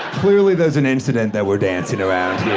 clearly, there's an incident that we're dancing around